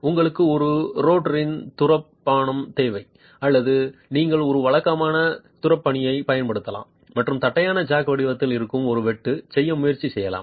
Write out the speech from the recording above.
உங்களுக்கு ஒரு ரோட்டரி துரப்பணம் தேவை அல்லது நீங்கள் ஒரு வழக்கமான துரப்பணியைப் பயன்படுத்தலாம் மற்றும் தட்டையான ஜாக் வடிவத்தில் இருக்கும் ஒரு வெட்டு செய்ய முயற்சி செய்யலாம்